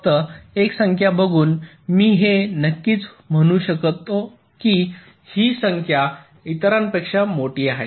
फक्त एक संख्या बघून मी हे नक्कीच म्हणू शकतो की ही संख्या इतरांपेक्षा मोठी आहे